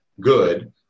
good